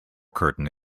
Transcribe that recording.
curtain